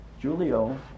Julio